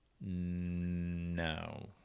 no